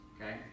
Okay